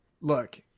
look